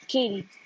Katie